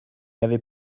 avait